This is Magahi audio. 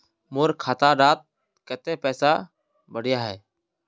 मोर खाता डात कत्ते पैसा बढ़ियाहा?